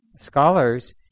scholars